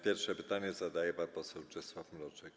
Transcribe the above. Pierwsze pytanie zadaje pan poseł Czesław Mroczek.